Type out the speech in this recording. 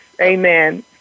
Amen